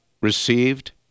received